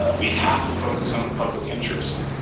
ah we have to focus on the public interest.